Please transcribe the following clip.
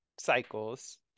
cycles